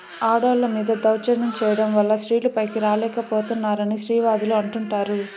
ఆడోళ్ళ మీద దౌర్జన్యం చేయడం వల్ల స్త్రీలు పైకి రాలేక పోతున్నారని స్త్రీవాదులు అంటుంటారు